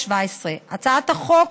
התשע"ח 2017. הצעת החוק